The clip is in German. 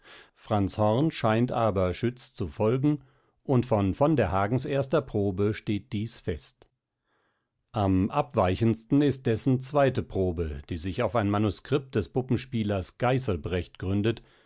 franz horn scheint aber schütz zu folgen und von von der hagens erster probe steht dieß fest am abweichendsten ist dessen zweite probe die sich auf ein manuscript des puppenspielers geißelbrecht gründet